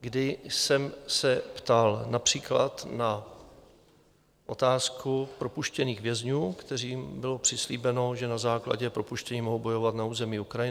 kdy jsem se ptal například na otázku propuštěných vězňů, kterým bylo přislíbeno, že na základě propuštění mohou bojovat na území Ukrajiny.